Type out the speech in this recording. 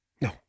No